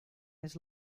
his